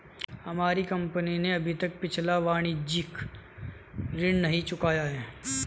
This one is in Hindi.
हमारी कंपनी ने अभी तक पिछला वाणिज्यिक ऋण ही नहीं चुकाया है